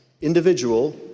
individual